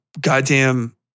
Goddamn